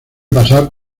pasar